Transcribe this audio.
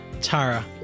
Tara